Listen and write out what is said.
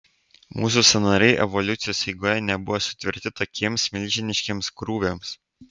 mūsų sąnariai evoliucijos eigoje nebuvo sutverti tokiems milžiniškiems krūviams